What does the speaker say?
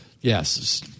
yes